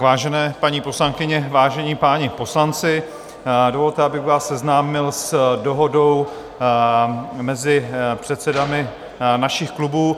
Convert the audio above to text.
Vážené paní poslankyně, vážení páni poslanci, dovolte, abych vás seznámil s dohodou mezi předsedy našich klubů.